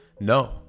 No